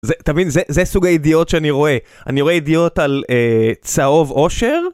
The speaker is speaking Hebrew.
אתה מבין, זה סוג הידיעות שאני רואה, אני רואה ידיעות על צהוב עושר.